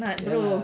ya